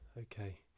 okay